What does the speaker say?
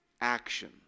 action